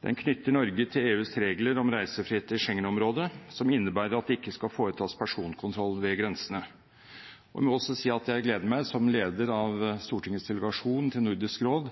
Den knytter Norge til EUs regler om å reise fritt i Schengen-området, som innebærer at det ikke skal foretas personkontroll ved grensene. Jeg må også si at det gleder meg, som leder av Stortingets delegasjon til Nordisk råd,